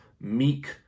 meek